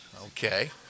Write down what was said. okay